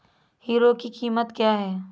Hero की कीमत क्या है?